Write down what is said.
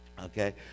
Okay